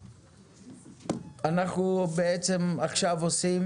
אנחנו בעצם עכשו עושים